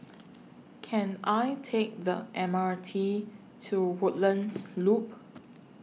Can I Take The M R T to Woodlands Loop